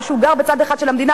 או שהוא גר בצד אחד של המדינה,